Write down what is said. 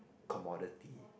commodity